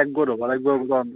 একগোট হ'ব লাগিব বোধ হয়